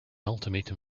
ultimatum